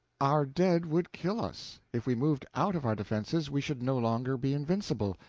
our dead would kill us if we moved out of our defenses, we should no longer be invincible.